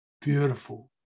beautiful